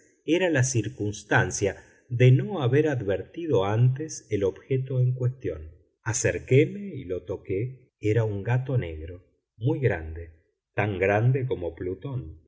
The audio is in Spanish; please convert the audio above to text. era la circunstancia de no haber advertido antes el objeto en cuestión acerquéme y le toqué era un gato negro muy grande tan grande como plutón